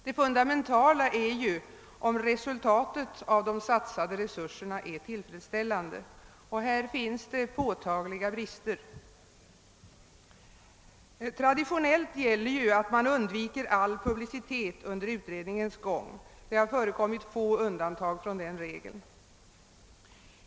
Det fundamentala är, om resultatet av de satsade resurserna är tillfredsställande. Här finns det påtagliga brister. Traditionellt gäller att man undviker all publicitet under utredningens gång. Det har förekommit få undantag från den regeln.